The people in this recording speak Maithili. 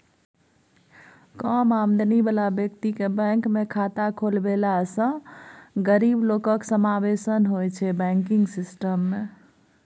कम आमदनी बला बेकतीकेँ बैंकमे खाता खोलबेलासँ गरीब लोकक समाबेशन होइ छै बैंकिंग सिस्टम मे